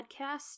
podcast